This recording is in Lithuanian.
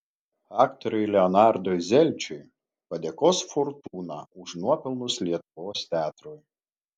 aktoriui leonardui zelčiui padėkos fortūna už nuopelnus lietuvos teatrui